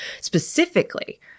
Specifically